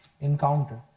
encounter